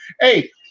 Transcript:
Hey